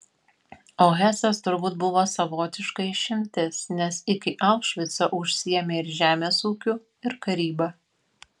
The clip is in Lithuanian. o hesas turbūt buvo savotiška išimtis nes iki aušvico užsiėmė ir žemės ūkiu ir karyba